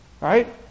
Right